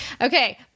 Okay